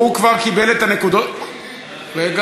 הוא כבר קיבל את הנקודות, לא,